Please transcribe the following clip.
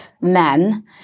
men